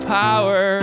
power